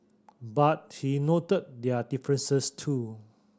but he noted their differences too